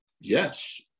Yes